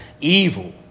Evil